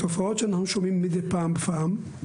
התופעות שאנחנו שומעים מדי פעם בפעם,